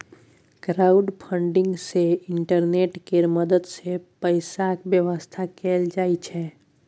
crowdfunding सँ internet केर मदद सँ पैसाक बेबस्था कएल जाइ छै